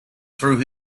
through